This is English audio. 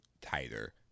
tighter